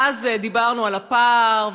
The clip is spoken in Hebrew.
ואז דיברנו על הפער,